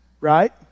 Right